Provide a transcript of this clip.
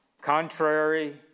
Contrary